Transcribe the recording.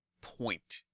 point